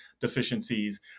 deficiencies